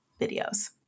videos